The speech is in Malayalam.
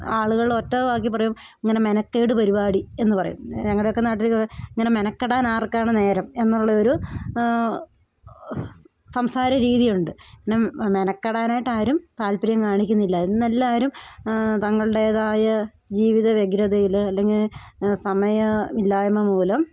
ആളുകളൊറ്റവാക്കിൽ പറയും ഇങ്ങനെ മെനക്കേട് പരിപാടി എന്നു പറയും ഞങ്ങളോടൊക്കെ നാട്ടിലിത് ഇങ്ങനെ മെനക്കെടാൻ ആർക്കാണ് നേരം എന്നുള്ളൊരു സംസാര രീതിയുണ്ട് പിന്നെ മെനക്കെടാനായിട്ടാരും താല്പര്യം കാണിക്കുന്നില്ല ഇന്നെല്ലാവരും തങ്ങളുടേതായ ജീവിത വ്യഗ്രതയിൽ അല്ലെങ്കിൽ സമയമില്ലായ്മ മൂലം